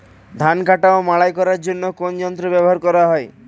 ধান কাটা ও মাড়াই করার জন্য কোন যন্ত্র ব্যবহার করা হয়?